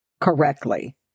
correctly